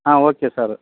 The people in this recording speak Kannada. ಹಾಂ ಓಕೆ ಸಾರು